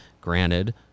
granted